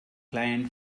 client